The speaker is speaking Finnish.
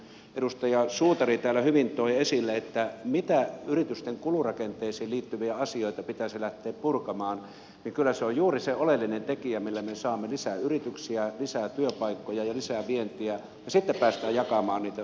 kun edustaja suutari täällä hyvin toi esille mitä yritysten kulurakenteisiin liittyviä asioita pitäisi lähteä purkamaan niin kyllä se on juuri se oleellinen tekijä millä me saamme lisää yrityksiä lisää työpaikkoja ja lisää vientiä ja sitten päästään jakamaan niitä sosiaalisiin tulonsiirtoihin